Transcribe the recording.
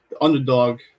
underdog